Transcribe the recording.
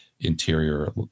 interior